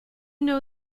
know